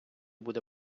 буде